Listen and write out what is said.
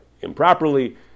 improperly